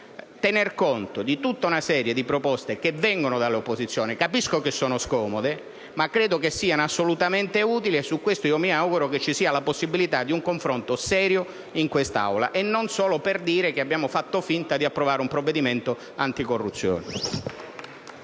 tener conto di tutta una serie di proposte che vengono dall'opposizione. Capisco che sono scomode, ma penso siano assolutamente utili, e su queste mi auguro vi sia la possibilità di un confronto serio in quest'Aula, e non solo per dire che abbiamo fatto finta di approvare un provvedimento anticorruzione.